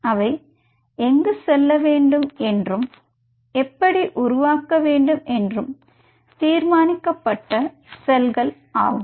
அவை எங்கு செல்ல வேண்டும் என்றும் எப்படி உருவாக்க வேண்டும் என்றும் தீர்மானிக்கப்பட்ட செல்கள் ஆகும்